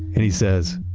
and he says,